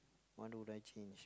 what would I change